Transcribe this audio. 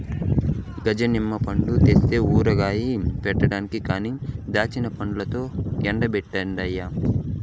గజ నిమ్మ పండ్లు తెస్తే ఊరగాయ పెడతానంటి కానీ దాచ్చాపండ్లతో ఎట్టా పెట్టన్నయ్యా